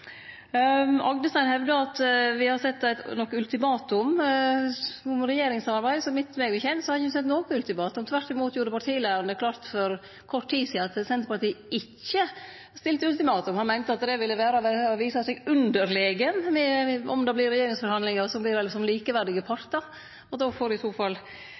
Agdestein hevda at me har stilt ultimatum om regjeringssamarbeid. Så vidt eg veit, har me ikkje stilt noko ultimatum. Tvert imot gjorde partileiaren det klart for kort tid sidan at Senterpartiet ikkje stiller ultimatum. Han meinte at det ville vere å vise seg underlegen. Om det vert regjeringsforhandlingar, vert det som likeverdige partar, og då får i så fall